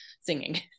singing